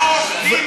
העובדות,